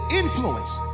influence